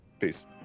peace